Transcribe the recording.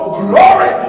glory